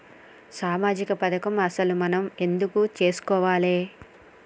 సామాజిక పథకం అసలు మనం ఎందుకు చేస్కోవాలే?